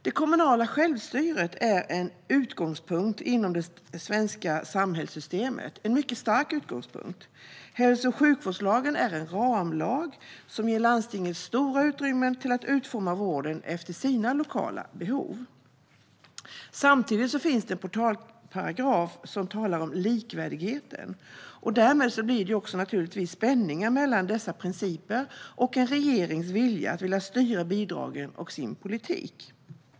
Det kommunala självstyret är en mycket stark utgångspunkt inom det svenska samhällssystemet. Hälso och sjukvårdslagen är en ramlag som ger landstingen stora utrymmen att utforma vården efter sina lokala behov. Samtidigt finns det en portalparagraf som talar om likvärdigheten. Därmed blir det naturligtvis spänningar mellan dessa principer och en regerings vilja att styra bidragen och sin politik.